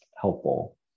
helpful